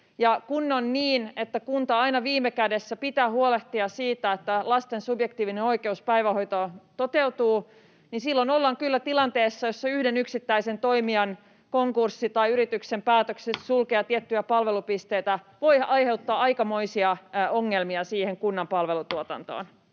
kun on niin, että kunnan aina viime kädessä pitää huolehtia siitä, että lasten subjektiivinen oikeus päivähoitoon toteutuu, niin silloin ollaan kyllä tilanteessa, jossa yhden yksittäisen toimijan konkurssi tai yrityksen päätökset sulkea tiettyjä palvelupisteitä voivat aiheuttaa aikamoisia ongelmia siihen kunnan palvelutuotantoon.